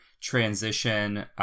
transition